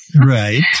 Right